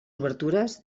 obertures